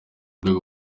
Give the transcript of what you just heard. rwego